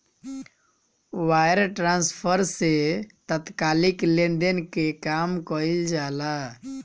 wire transfer से तात्कालिक लेनदेन कअ काम कईल जाला